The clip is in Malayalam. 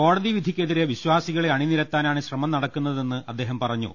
കോടതി വിധിക്കെതിരെ വിശ്വാസികളെ അണിനിരത്താനാണ് ശ്രമം നടക്കുന്നതെന്ന് അദ്ദേഹം പറഞ്ഞു